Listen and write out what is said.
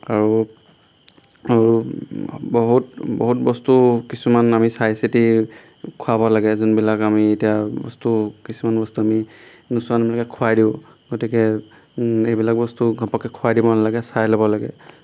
আৰু বহু বহুত বহুত বস্তু কিছুমান আমি চাই চিতি খোৱাব লাগে যোনবিলাক আমি এতিয়া বস্তু কিছুমান বস্তু আমি নোচোৱা নেমেলাকৈ খুৱাই দিওঁ গতিকে এইবিলাক বস্তু ঘপককৈ খুৱাই দিব নালাগে চাই ল'ব লাগে